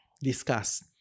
discuss